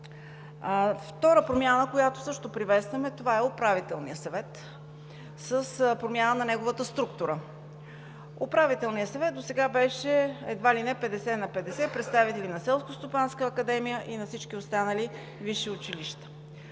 Втората промяна, която също приветстваме, това е Управителният съвет, с промяна на неговата структура. Управителният съвет досега беше едва ли не 50 на 50 – представители на Селскостопанска академия и на всички останали висши училища.